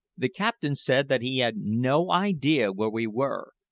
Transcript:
the captain said that he had no idea where we were,